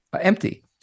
empty